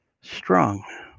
strong